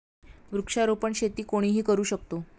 वृक्षारोपण शेती कोणीही करू शकतो